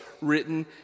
written